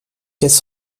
quatre